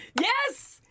Yes